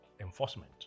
enforcement